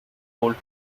golf